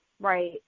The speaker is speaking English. right